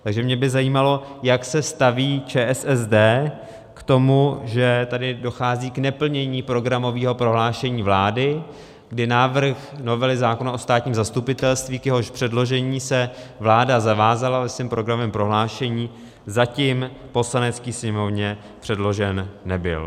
Takže mě by zajímalo, jak se staví ČSSD k tomu, že tady dochází k neplnění programového prohlášení vlády, kdy návrh novely zákona o státním zastupitelství, k jehož předložení se vláda zavázala ve svém programovém prohlášení, zatím Poslanecké sněmovně předložen nebyl.